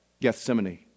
gethsemane